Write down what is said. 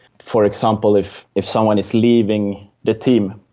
for example, if if someone is leaving the team,